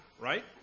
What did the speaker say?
right